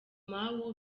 mau